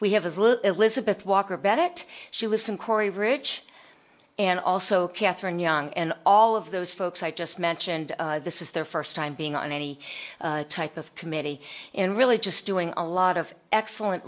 we have elizabeth walker bet she listen corey rich and also katherine young and all of those folks i just mentioned this is their first time being on any type of committee and really just doing a lot of excellent